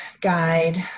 guide